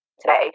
today